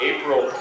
April